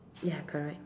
ya correct